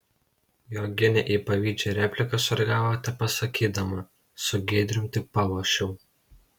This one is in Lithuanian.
joginė į pavydžią repliką sureagavo tepasakydama su giedrium tik palošiau